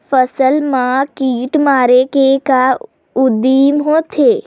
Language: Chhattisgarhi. फसल मा कीट मारे के का उदिम होथे?